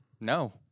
No